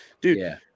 dude